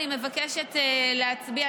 אני מבקשת להצביע,